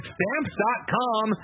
Stamps.com